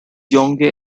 yonge